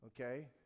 okay